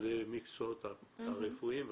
למקצועות הרפואיים והפרה-רפואיים.